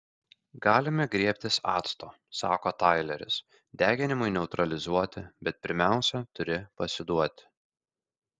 galime griebtis acto sako taileris deginimui neutralizuoti bet pirmiausia turi pasiduoti